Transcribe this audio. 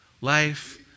life